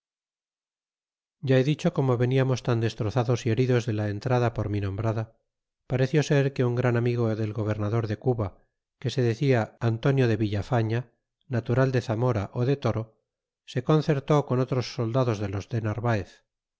ya he dicho como veniamos tan destrozados y heridos de la entrado por mi nombrada pareció ser que un gran amigo del gobernador de cuba que se decia antonio de villafaña natural de zamora ú de toro se concertó con otros soldados de los de narvaez